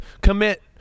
commit